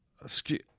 Excuse